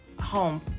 home